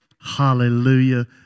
Hallelujah